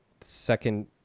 second